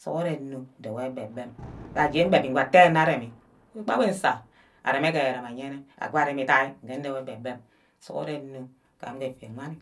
sughuren nno ndewor gbe-bem gaje mme owen ite mma remi, mbag wey nsa ereme ke ere-rem ayene, go arem idai nge nduwor ke egbe-bem sughuren nno ke effia wani.